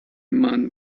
man